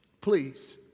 Please